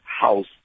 house